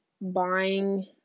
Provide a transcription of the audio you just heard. buying